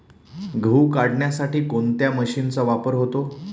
गहू काढण्यासाठी कोणत्या मशीनचा वापर होतो?